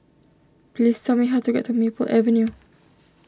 please tell me how to get to Maple Avenue